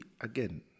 again